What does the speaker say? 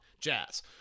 jazz